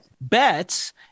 bets